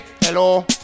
hello